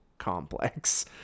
complex